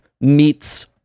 meets